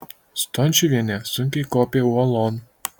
stončiuvienė sunkiai kopė uolon